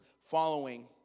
following